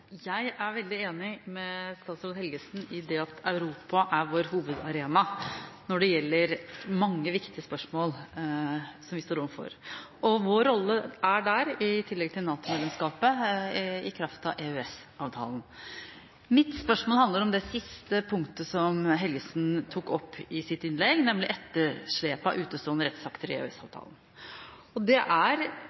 Jeg er veldig enig med statsråd Helgesen i at Europa er vår hovedarena når det gjelder mange viktige spørsmål som vi står overfor. Vår rolle er der, i tillegg til NATO-medlemskapet, i kraft av EØS-avtalen. Mitt spørsmål handler om det siste punktet som Helgesen tok opp i sitt innlegg, nemlig etterslepet av utestående rettsakter i EØS-avtalen. Det er